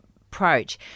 approach